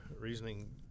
reasoning